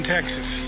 Texas